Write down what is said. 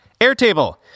Airtable